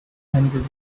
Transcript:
hundred